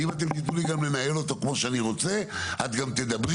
ואם אתם תתנו לי גם לנהל אותו כמו שאני רוצה את גם תדברי,